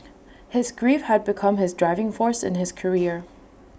his grief had become his driving force in his career